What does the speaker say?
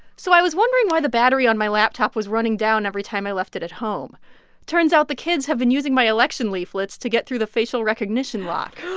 so i was wondering why the battery on my laptop was running down every time i left it at home turns out the kids have been using my election leaflets to get through the facial recognition lock